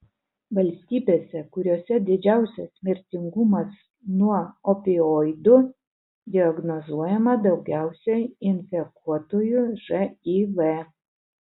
valstybėse kuriose didžiausias mirtingumas nuo opioidų diagnozuojama daugiausiai infekuotųjų živ